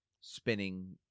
spinning